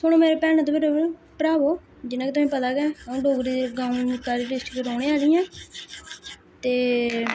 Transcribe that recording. सुनो मेरे भैनो ते भ्रावो जि'यां तुसेंगी पता गै अ'ऊं डोगरी गाओं उधमपुर दी डिस्ट्रिक्ट दे रौंह्ने आह्ली ऐं ते